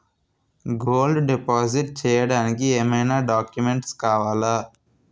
Gold deposit చేయడానికి ఏమైనా documents కావాలా?